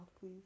please